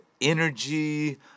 energy